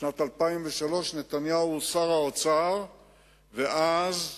נתניהו שר האוצר דאז,